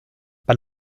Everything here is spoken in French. pas